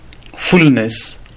fullness